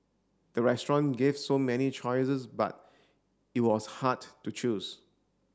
the restaurant gave so many choices but it was hard to choose